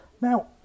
Now